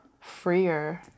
freer